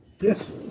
Yes